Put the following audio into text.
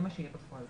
זה מה שיהיה בפועל.